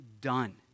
done